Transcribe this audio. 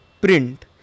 print